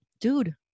dude